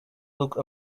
look